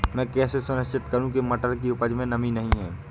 मैं कैसे सुनिश्चित करूँ की मटर की उपज में नमी नहीं है?